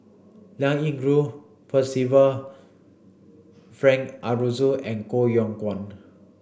Liao Yingru Percival Frank Aroozoo and Koh Yong Guan